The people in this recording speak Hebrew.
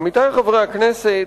עמיתי חברי הכנסת,